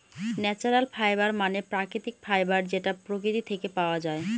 natural fibre মানে প্রাকৃতিক fibre যেটা প্রকৃতি থেকে পাওয়া যায়